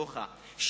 בוכה.